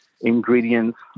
ingredients